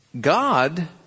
God